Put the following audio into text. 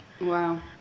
wow